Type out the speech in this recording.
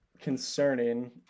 concerning